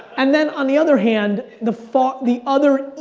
and then, on the other hand, the fought, the other,